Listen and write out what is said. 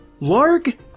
Larg